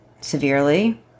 severely